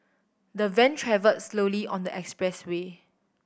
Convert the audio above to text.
the van travelled slowly on the expressway